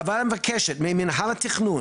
הוועדה מבקשת ממנהל התכנון